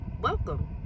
welcome